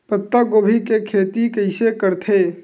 पत्तागोभी के खेती कइसे करथे?